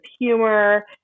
humor